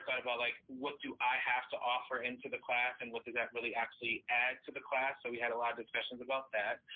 about about like, what do i have to offer into the class? and what does that really actually add to the class? so we had a lot of discussions about that.